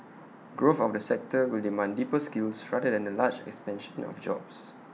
growth of the sector will demand deeper skills rather than A large expansion of jobs